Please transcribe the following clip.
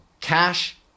cash